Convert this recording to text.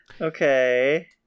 Okay